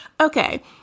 Okay